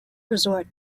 resort